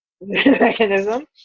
mechanism